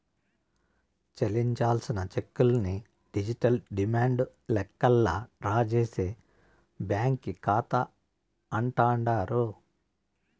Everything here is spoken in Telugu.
చెల్లించాల్సిన చెక్కుల్ని డిజిటల్ డిమాండు లెక్కల్లా డ్రా చేసే బ్యాంకీ కాతా అంటాండారు